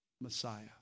Messiah